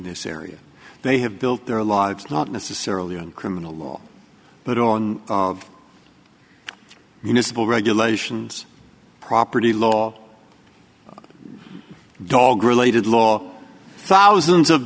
this area they have built their lives not necessarily on criminal law but on of municipal regulations property law dog related law thousands of